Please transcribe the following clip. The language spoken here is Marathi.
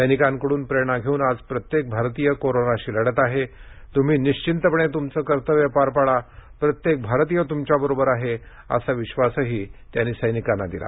सैनिकाकडून प्रेरणा घेऊन आज प्रत्येक भारतीय कोरोनाशी लढत आहे तुम्ही निशितपणे तुमचे कर्तव्य पार पाडा प्रत्येक भारतीय तुमच्या बरोबर आहे असा विश्वासही त्यांनी सैनिकांना दिला